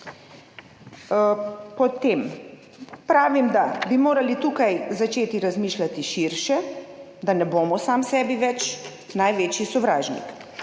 Potem pravim, da bi morali tukaj začeti razmišljati širše, da ne bomo sami sebi več največji sovražnik.